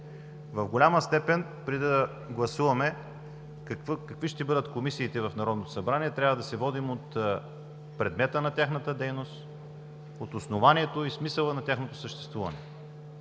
В голяма степен, преди да гласуваме какви ще бъдат комисиите в Народното събрание, трябва да се водим от предмета на тяхната дейност, от основанието и смисъла на тяхното съществуване.